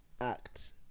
act